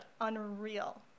unreal